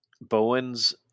Bowens